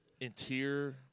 interior